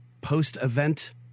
post-event